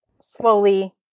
slowly